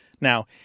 Now